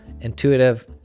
intuitive